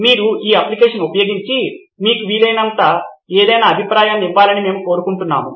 మీరు ఈ అప్లికషన్ ఉపయోగించి మీకు వీలైతే ఏదైనా అభిప్రాయాన్ని ఇవ్వాలని మేము కోరుకుంటున్నాము